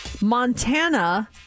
Montana